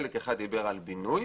חלק אחד דיבר על בינוי